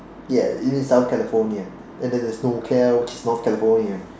ya you mean South California and then there's norcal which is North California